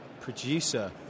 producer